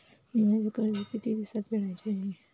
मी माझे कर्ज किती दिवसांत फेडायचे आहे?